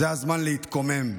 זה הזמן להתקומם.